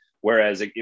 Whereas